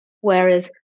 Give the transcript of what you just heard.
Whereas